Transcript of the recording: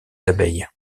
abeilles